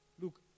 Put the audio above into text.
Look